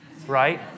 Right